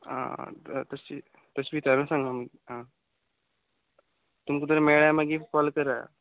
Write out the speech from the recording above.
आ त तशें तशें विचारून सांगता तुम् आ तुमकां जर मेळ्या मागी कॉल करा